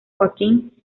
joaquín